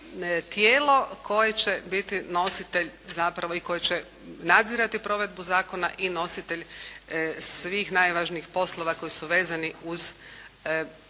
tijelo koje će biti nositelj zapravo i koje će nadzirati provedbu zakona i nositelj svih najvažnijih poslova koji su vezani uz ovaj